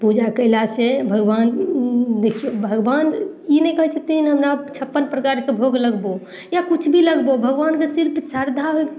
पूजा कयलासँ भगवान देखियौ भगवान ई नहि कहय छथिन हमरा छप्पन प्रकारके भोग लगबौ या कुछ भी लगबौ भगवानके सिर्फ श्रद्धा होइके